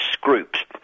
groups